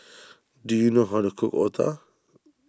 do you know how to cook Otah